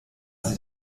sie